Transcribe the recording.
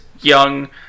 young